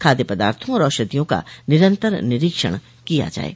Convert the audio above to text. खाद्य पदार्थो और औषधियों का निरंतर निरीक्षण किया जाये